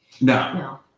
No